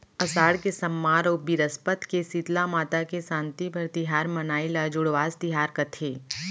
असाड़ के सम्मार अउ बिरस्पत के सीतला माता के सांति बर तिहार मनाई ल जुड़वास तिहार कथें